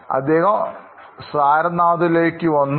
അദ്ദേഹം സാരാനാഥ്ലേക്ക് വന്നു